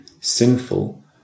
sinful